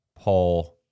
Paul